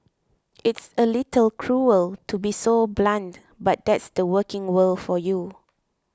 it's a little cruel to be so blunt but that's the working world for you